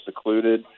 secluded